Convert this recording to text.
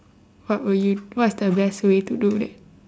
what would you what's the best way to do it